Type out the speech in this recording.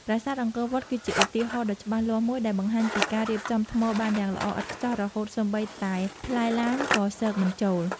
ប្រាសាទអង្គរវត្ត គឺជាឧទាហរណ៍ដ៏ច្បាស់លាស់មួយដែលបង្ហាញពីការរៀបដុំថ្មបានយ៉ាងល្អឥតខ្ចោះរហូតសូម្បីតែផ្លែឡាមក៏ស៊កមិនចូល។